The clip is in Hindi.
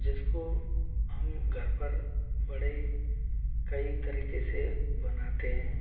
जिसको हम घर पर बड़े कई तरीक़े से बनाते हैं